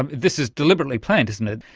and this is deliberately planned, isn't it,